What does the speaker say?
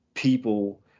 People